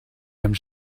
amb